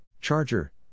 charger